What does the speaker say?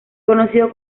conocido